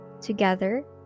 Together